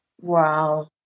wow